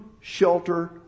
shelter